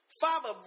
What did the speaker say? Father